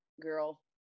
girl